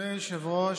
אדוני היושב-ראש,